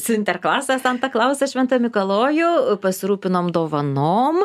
sinterklasą santa klausą šventą mikalojų pasirūpinom dovanom